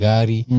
Gari